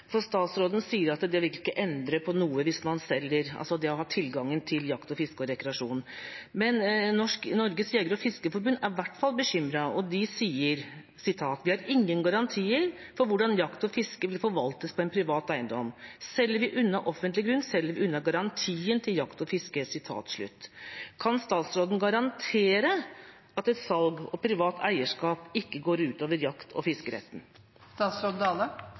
Statsråden sier at det ikke vil endre på noe at man selger, altså det å ha tilgangen til jakt, fiske og rekreasjon. Norges Jeger- og Fiskerforbund er i hvert fall bekymret, og de sier: «Vi har ingen garantier for hvordan jakt og fiske vil forvaltes på en privat eiendom. Selger vi unna offentlig grunn, selger vi unna garantien til å jakte og fiske.» Kan statsråden garantere at et salg og privat eierskap ikke går ut over jakt- og